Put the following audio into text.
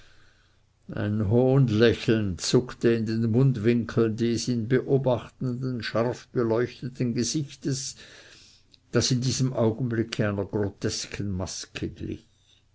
ein hohnlächeln zuckte in den mundwinkeln des ihn beobachtenden scharf beleuchteten gesichtes das in diesem augenblicke einer grotesken